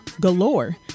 Galore